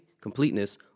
completeness